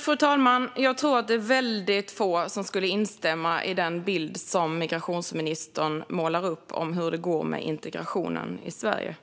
Fru talman! Jag tror att det är väldigt få som skulle instämma med den bild som migrationsministern målar upp av hur det går med integrationen i Sverige.